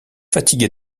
fatiguée